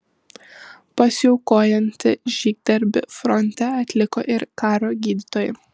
pasiaukojantį žygdarbį fronte atliko ir karo gydytojai